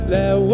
Let